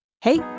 Hey